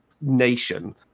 nation